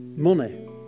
Money